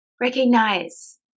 Recognize